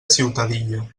ciutadilla